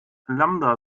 lambda